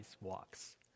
walks